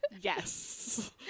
Yes